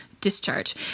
discharge